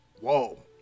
whoa